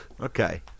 Okay